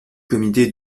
comité